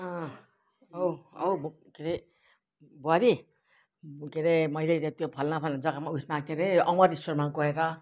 अँ औ औ ब के अरे बुहारी के अरे मैले त्यो फलाना फलाना जग्गामा उयसमा के अरे अमर स्टोरमा गएर